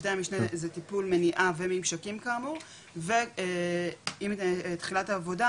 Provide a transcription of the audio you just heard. צוותי המשנה זה טיפול מניעה וממשקים כאמור ועם תחילת העבודה,